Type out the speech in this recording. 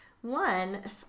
one